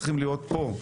שצריך להיות פה,